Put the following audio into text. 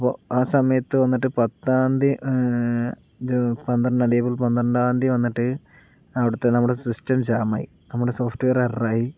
അപ്പോൾ ആ സമയത്ത് വന്നിട്ട് പത്താന്തി പന്ത്രണ്ടാം തീയതി ഏപ്രിൽ പന്ത്രണ്ടാന്തി വന്നിട്ട് അവിടുത്തെ നമ്മുടെ സിസ്റ്റം ജാമായി നമ്മുടെ സോഫ്റ്റ് വെയർ എററായി